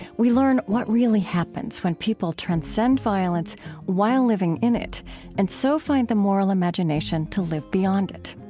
we learn what really happens when people transcend violence while living in it and so find the moral imagination to live beyond it.